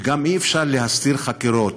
וגם אי-אפשר להסתיר חקירות.